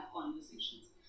conversations